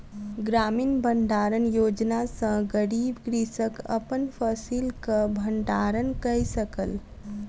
ग्रामीण भण्डारण योजना सॅ गरीब कृषक अपन फसिलक भण्डारण कय सकल